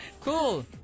Cool